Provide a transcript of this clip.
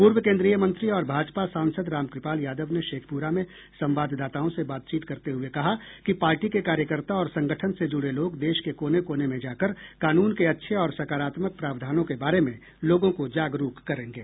पूर्व केन्द्रीय मंत्री और भाजपा सांसद रामकृपाल यादव ने शेखपुरा में संवाददाताओं से बातचीत करते हुए कहा कि पार्टी के कार्यकर्ता और संगठन से जुड़े लोग देश के कोने कोने में जाकर कानून के अच्छे और सकारात्मक प्रावधानों के बारे में लोगों को जागरूक करेंगे